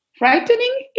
Frightening